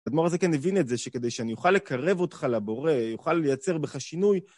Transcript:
האדמור הזה כן הבין את זה, שכדי שאני אוכל לקרב אותך לבורא, אוכל לייצר בך שינוי...